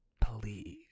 Please